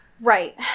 Right